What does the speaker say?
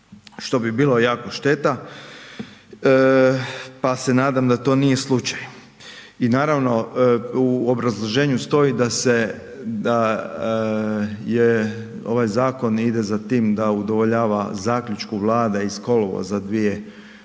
što bi bilo jako šteta pa se nadam da to nije slučaj. I naravno, u obrazloženju stoji da ovaj zakon ide za tim da udovoljava zaključku Vlade iz kolovoza 2018. a on